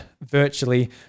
virtually